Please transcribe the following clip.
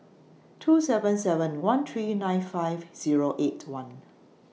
two seven seven one three nine five Zero eight one